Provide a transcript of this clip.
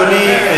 אדוני,